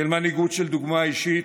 של מנהיגות ושל דוגמה אישית,